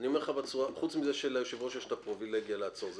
חוץ מזה שליושב-ראש יש את הפריבילגיה לעצור,